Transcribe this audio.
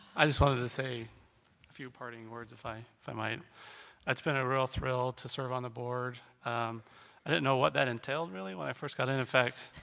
i just wanted to say a few parting words if i if i might. it's been a real thrill to serve on the board i didn't know what that entailed really when i first got in in fact.